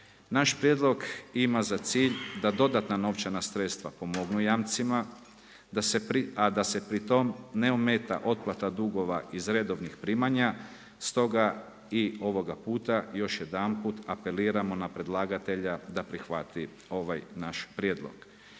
Naš prijedlog ima za cilj da dodatna novčana sredstva pomognu jamcima, a da se pri tom ne ometa otplata dugova iz redovnih primanja. Stoga i ovoga puta još jedanput apeliramo na predlagatelje da prihvati ovaj naš prijedlog.